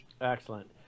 excellent